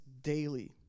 daily